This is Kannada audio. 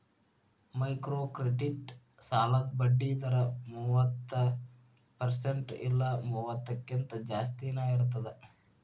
ಮೈಕ್ರೋಕ್ರೆಡಿಟ್ ಸಾಲದ್ ಬಡ್ಡಿ ದರ ಮೂವತ್ತ ಪರ್ಸೆಂಟ್ ಇಲ್ಲಾ ಮೂವತ್ತಕ್ಕಿಂತ ಜಾಸ್ತಿನಾ ಇರ್ತದ